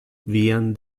vian